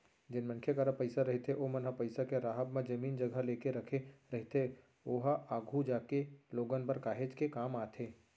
जेन मनखे मन करा पइसा रहिथे ओमन ह पइसा के राहब म जमीन जघा लेके रखे रहिथे ओहा आघु जागे लोगन बर काहेच के काम आथे